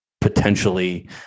potentially